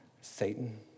Satan